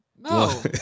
No